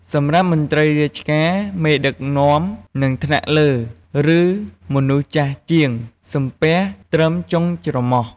សម្រាប់មន្រ្តីរាជការ មេដឹកនាំ និងថ្នាក់លើ ឬមនុស្សចាស់ជាង សំពះត្រឹមចុងច្រមុះ។